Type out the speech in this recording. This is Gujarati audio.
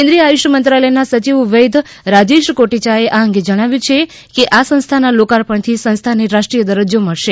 કેન્રિટીય આયુષ મંત્રાલયના સચિવ વૈદ્ય રાજેશ કોટેયાએ આ અંગે જણાવ્યું છે કે આ સંસ્થાના લોકાર્પણથી સંસ્થાને રાષ્રી સય દરજ્જો મળશે